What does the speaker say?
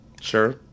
Sure